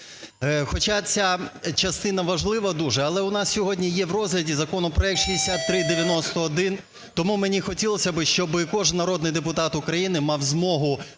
хоча ця частина важлива дуже, але у нас сьогодні є у розгляді законопроект 6391, тому мені хотілось би, щоб кожний народний депутат України мав змогу предметно